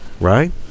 Right